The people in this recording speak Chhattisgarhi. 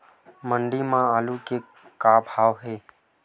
मंडी म आलू के का भाव हे?